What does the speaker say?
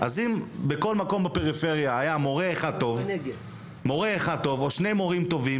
אז אם בכל מקום בפריפריה היה מורה אחד טוב או שני מורים טובים